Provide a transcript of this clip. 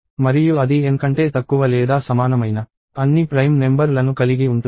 మరియు అది N కంటే తక్కువ లేదా సమానమైన అన్ని ప్రైమ్ నెంబర్ లను కలిగి ఉంటుంది